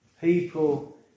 people